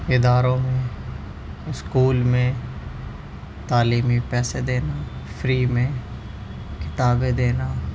اداروں میں اسکول میں تعلیمی پیسے دینا فری میں کتابیں دینا